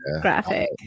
graphic